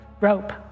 rope